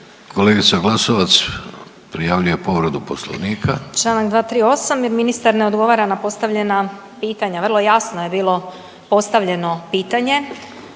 Kolegica Glasovac prijavljuje povredu poslovika. **Glasovac, Sabina (SDP)** Čl. 238. jer ministar ne odgovara na postavljena pitanja. Vrlo jasno je bilo postavljeno pitanje,